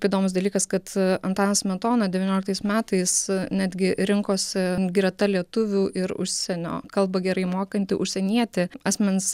įdomus dalykas kad antanas smetona devynioliktais metais netgi rinkosi greta lietuvių ir užsienio kalbą gerai mokantį užsienietį asmens